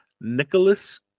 Nicholas